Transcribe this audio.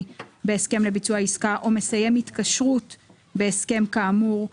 בהסכם לביצוע עסקה או מסיים התקרות בהסכם כאמור,